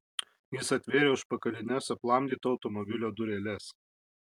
jis atvėrė užpakalines aplamdyto automobilio dureles